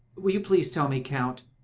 will you please tell me, count,